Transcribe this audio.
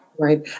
Right